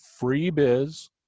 freebiz